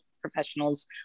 professionals